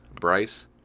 Bryce